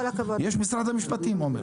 יש משרד משפטים.